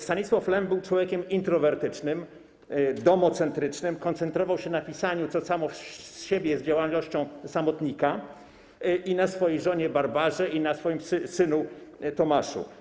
Stanisław Lem był człowiekiem introwertycznym, domocentrycznym, koncentrował się na pisaniu, co samo z siebie jest działalnością samotnika, na swojej żonie Barbarze i na swoim synu Tomaszu.